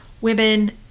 women